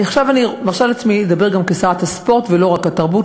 אני עכשיו מרשה לעצמי לדבר כשרת הספורט ולא רק התרבות,